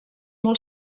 molt